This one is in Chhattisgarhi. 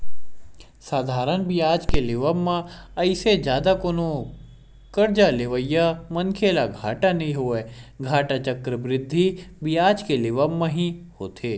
साधारन बियाज के लेवब म अइसे जादा कोनो करजा लेवइया मनखे ल घाटा नइ होवय, घाटा चक्रबृद्धि बियाज के लेवब म ही होथे